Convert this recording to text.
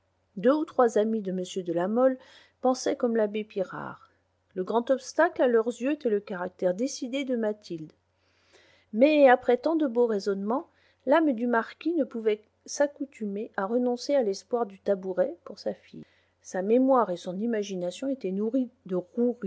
deux ou trois amis de m de la mole pensaient comme l'abbé pirard le grand obstacle à leurs yeux était le caractère décidé de mathilde mais après tant de beaux raisonnements l'âme du marquis ne pouvait s'accoutumer à renoncer à l'espoir du tabouret pour sa fille sa mémoire et son imagination étaient nourries des